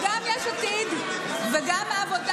וגם יש עתיד, וגם העבודה.